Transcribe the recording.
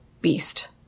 beast